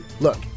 Look